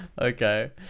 Okay